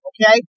Okay